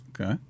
Okay